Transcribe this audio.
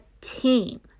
team